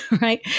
right